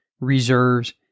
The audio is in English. reserves